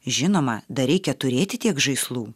žinoma dar reikia turėti tiek žaislų